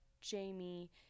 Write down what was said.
Jamie